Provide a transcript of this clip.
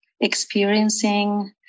experiencing